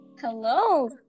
Hello